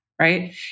right